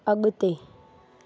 अॻिते